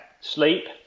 sleep